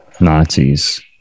Nazis